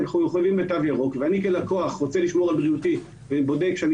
מחויבים בתו ירוק ואני כלקוח רוצה לשמור על בריאותי ובודק שאני